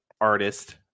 artist